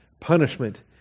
punishment